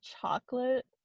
chocolate